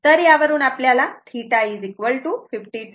तर यावरून आपल्याला θ 52